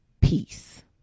peace